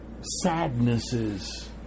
sadnesses